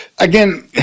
Again